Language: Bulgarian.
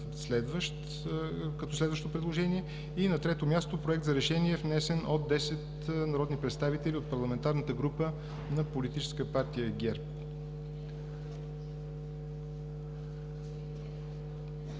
като следващо предложение; и на трето място, Проект за решение, внесен от 10 народни представители от парламентарната група на Политическа партия ГЕРБ.